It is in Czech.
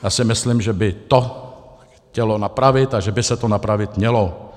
Já si myslím, že by to chtělo napravit a že by se to napravit mělo.